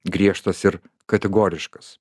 griežtas ir kategoriškas